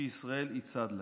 שישראל היא צד להן.